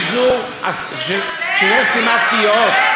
שזו סתימת פיות.